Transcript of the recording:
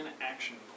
action